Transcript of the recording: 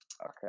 Okay